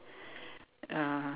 uh